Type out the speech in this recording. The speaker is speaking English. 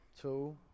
two